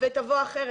ותבוא אחרת.